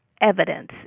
evidence